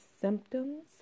symptoms